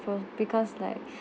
for because like